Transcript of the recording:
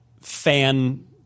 fan